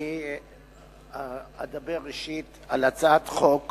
אני אדבר, ראשית, על הצעת חוק